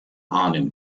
ahnen